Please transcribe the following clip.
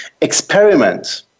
experiment